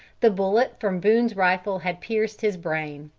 the bullet from boone's rifle had pierced his brain.